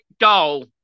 goal